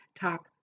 Talk